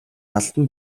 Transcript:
албан